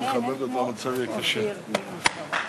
אנחנו מאחלים לך שתעלה ותצליח למען עם ישראל.